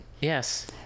Yes